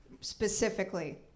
specifically